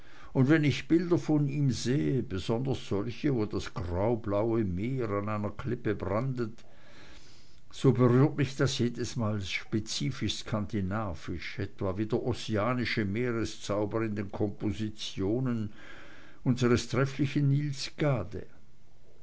und wenn ich bilder von ihm sehe besonders solche wo das graublaue meer an einer klippe brandet so berührt mich das jedesmal spezifisch skandinavisch etwa wie der ossianische meereszauber in den kompositionen unsers trefflichen niels gade